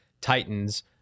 Titans